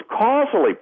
causally